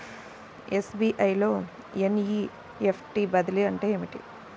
SBI లో NEFT బదిలీ అంటే ఏమిటి?